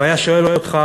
הוא היה שואל אותך: